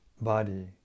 body